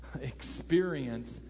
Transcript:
experience